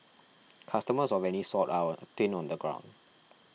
customers of any sort are thin on the ground